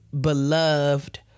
beloved